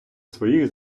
своїх